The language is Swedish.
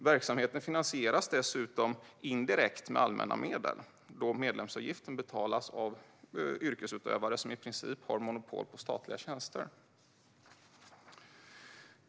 Verksamheten finansieras dessutom indirekt med allmänna medel, då medlemsavgiften betalas av yrkesutövare som i princip har monopol på statliga tjänster.